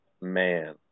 man